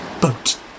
boat